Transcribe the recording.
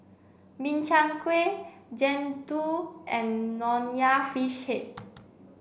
Min Chiang Kueh Jian Dui and Nonya Fish Head